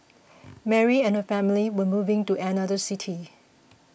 Mary and her family were moving to another city